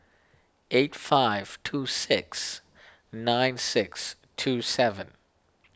eight five two six nine six two seven